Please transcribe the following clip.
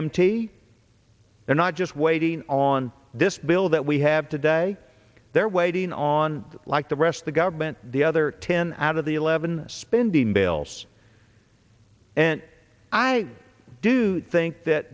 t they're not just waiting on this bill that we have today they're waiting on like the rest of the government the other ten out of the eleven spending bills and i do think that